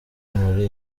muri